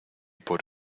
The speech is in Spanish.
por